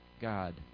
God